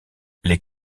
les